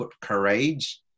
courage